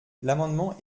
l’amendement